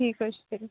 ٹھیٖک حظ چھُ